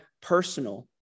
personal